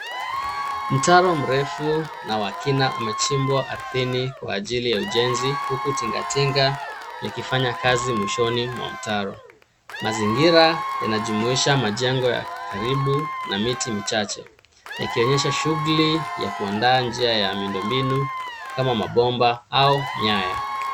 Mtaro mrefu na wa kina umechimbwa ardhini kwa ajili ya ujenzi huku tingatinga likifanya kazi mwishoni mwa mtaro. Mazingira yanajumuisha majengo ya karibu na miti michache yakionyesha shughuli ya kuandaa njia ya miundombinu kama mabomba au nyaya.